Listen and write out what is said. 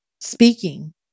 speaking